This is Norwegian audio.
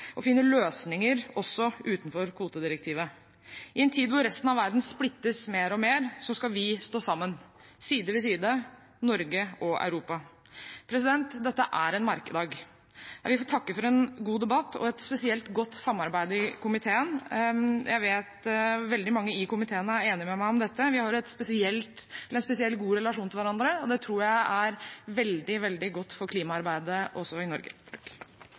løsninger også utenfor kvotedirektivet. I en tid hvor resten av verden splittes mer og mer, skal vi stå sammen – side ved side, Norge og Europa. Dette er en merkedag. Jeg vil få takke for en god debatt og et spesielt godt samarbeid i komiteen. Jeg vet at veldig mange i komiteen er enig med meg i dette: Vi har en spesielt god relasjon til hverandre. Det tror jeg er veldig, veldig godt også for klimaarbeidet i Norge.